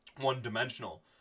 one-dimensional